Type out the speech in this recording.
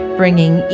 bringing